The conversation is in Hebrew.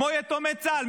כמו יתומי צה"ל,